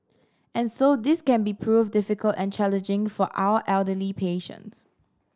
and so this can be prove difficult and challenging for our elderly patients